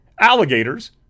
alligators